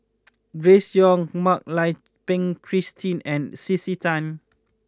Grace Young Mak Lai Peng Christine and C C Tan